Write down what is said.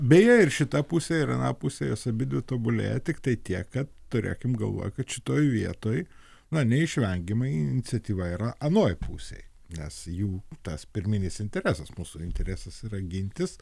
beje ir šita pusė ir ana pusė jos abidvi tobulėja tiktai tiek kad turėkim galvoj kad šitoj vietoj na neišvengiamai iniciatyva yra anoj pusėj nes jų tas pirminis interesas mūsų interesas yra gintis